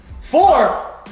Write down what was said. Four